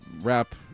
rap